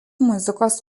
muzikos